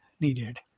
needed